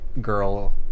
girl